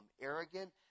arrogant